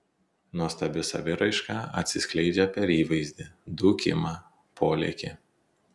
nuostabi saviraiška atsiskleidžia per įvaizdį dūkimą polėkį